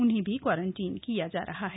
उन्हें भी क्वारंटीन किया जा रहा है